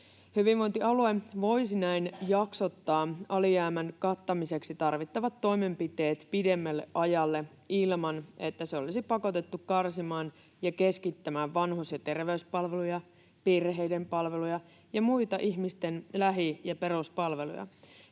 Hyvinvointialue voisi näin jaksottaa alijäämän kattamiseksi tarvittavat toimenpiteet pidemmälle ajalle ilman, että se olisi pakotettu karsimaan ja keskittämään vanhus- ja terveyspalveluja, perheiden palveluja ja muita ihmisten lähi- ja peruspalveluja.